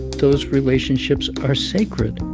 those relationships are sacred.